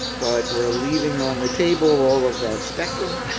but we are leaving on the table all of that spectrum,